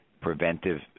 preventive